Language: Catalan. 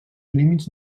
límits